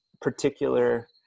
particular